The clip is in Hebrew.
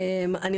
קודם כל,